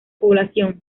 población